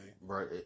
Right